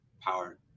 power